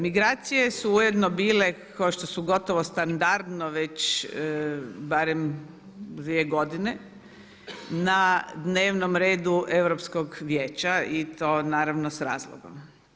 Migracije su ujedno bile kao što su gotovo standardno već barem dvije godine na dnevnom redu Europskog vijeća i to naravno sa razlogom.